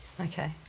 Okay